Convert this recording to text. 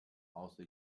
also